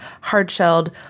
hard-shelled